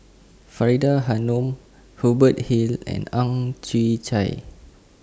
Faridah Hanum Hubert Hill and Ang Chwee Chai